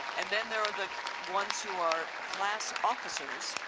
and then there are the ones who are class officers,